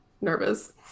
nervous